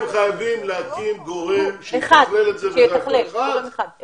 הם חייבים גורם אחד שיתכלל את זה ונגמר הסיפור.